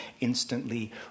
instantly